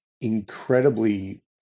incredibly